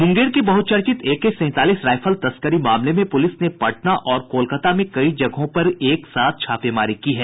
मुंगेर के बहुचर्चित एके सैंतालीस रायफल तस्कारी मामले में पुलिस ने पटना और कोलकता में कई जगहों पर एक साथ छापेमारी की है